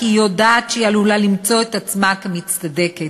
כי היא יודעת שהיא עלולה למצוא עצמה כמצטדקת.